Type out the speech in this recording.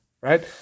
right